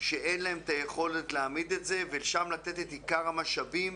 שאין להן את היכולת להעמיד את זה ולשם לתת את עיקר המשאבים,